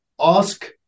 ask